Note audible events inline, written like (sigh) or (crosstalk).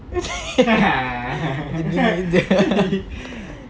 (laughs)